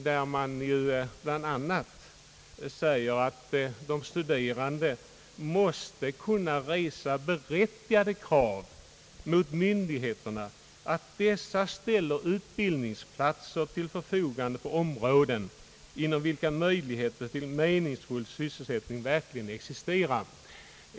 Det sägs där bl.a. att de studerande måste kunna resa berättigade krav mot myndigheterna att dessa ställer utbildningsplatser till förfogande på områden inom vilka möjligheter till meningsfull sysselsättning verkligen existerar.